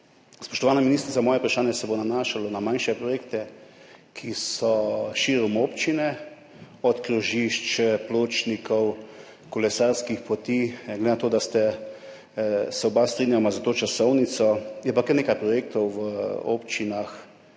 Spoštovana ministrica, moje vprašanje se bo nanašalo na manjše projekte, ki so širom občine, od krožišč, pločnikov do kolesarskih poti, glede na to, da se oba strinjava s to časovnico, je pa kar nekaj projektov v občinah,